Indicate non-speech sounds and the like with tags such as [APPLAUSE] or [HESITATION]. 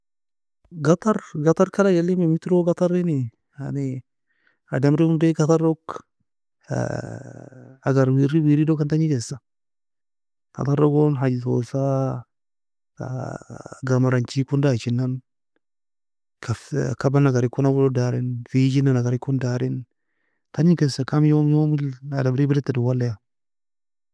قطر قطر ka alag elimi metro قطر elimi ademri ondy قطر log [HESITATION] agar weri weri dou ken tangi kesa قطر rgon hajzosa [HESITATION] قمرة enchi kon darienan, cafe kaba agar ekon darin, feyejen agar ekon darin, tangi kesa كم يوم يوم ademri بلد ta dowaleia.